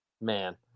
Man